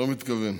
לא מתכוון.